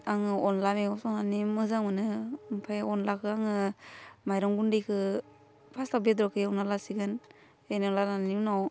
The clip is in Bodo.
आङो अनला मेगं संनानै मोजां मोनो ओमफ्राय अनलाखौ आङो माइरं गुन्दैखौ फार्स्टआव बेदरखौ एवना लासिगोन एवना लानानै उनाव